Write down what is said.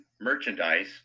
merchandise